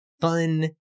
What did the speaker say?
fun